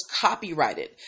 copyrighted